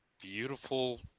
beautiful